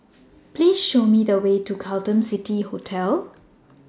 Please Show Me The Way to Carlton City Hotel